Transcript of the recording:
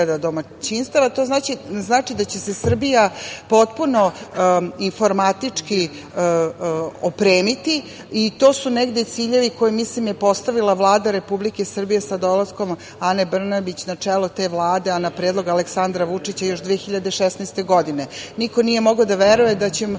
domaćinstava. To znači da će se Srbija potpuno informatički opremiti i to su negde ciljevi koje mislim da je postavila Vlada Republike Srbije sa dolaskom Ane Brnabić na čelo te Vlade, a na predlog Aleksandra Vučića još 2016. godine. Niko nije mogao da veruje da ćemo